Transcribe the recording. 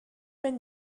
been